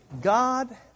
God